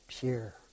pure